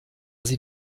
sie